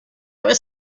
was